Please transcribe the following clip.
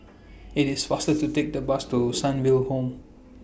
IT IS faster to Take The Bus to Sunnyville Home